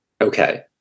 Okay